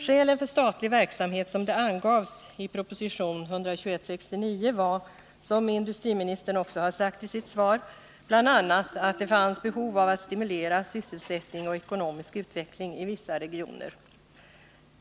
Skälen för statlig verksamhet, som de angavs i proposition 1969:121, var — som också industriministern har sagt i sitt svar — bl.a. att det fanns behov av att stimulera sysselsättning och ekonomisk utveckling i vissa regioner.